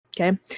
okay